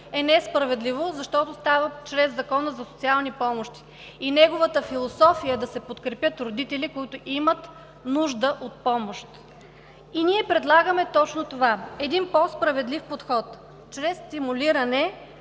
е несправедливо, защото става чрез Закона за социални помощи и неговата философия е да се подкрепят родители, които имат нужда от помощ. Ние предлагаме точно това – един по-справедлив подход чрез стимулиране,